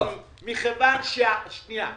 הוא יכול לומר שמכיוון שהזכיין